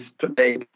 today